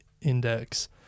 index